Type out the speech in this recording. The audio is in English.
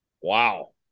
Wow